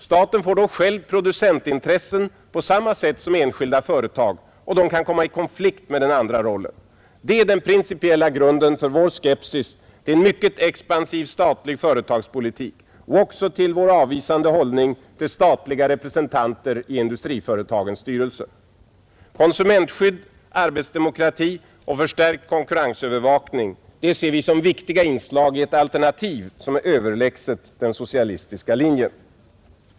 Staten får då själv på samma sätt som enskilda företag producentintressen, och de kan komma i konflikt med den andra rollen. Det är grunden för vår skepsis till en mycket expansiv statlig företagspolitik och också för vår avvisande hållning till statliga representanter i industriföretagens styrelser. Konsumentskydd, arbetsdemokrati och förstärkt konkurrensövervakning ser vi som viktiga inslag i ett alternativ som är överlägset den socialistiska linjen.